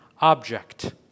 object